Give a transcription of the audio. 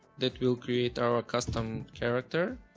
that will create our custom character.